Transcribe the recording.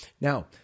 Now